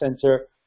Center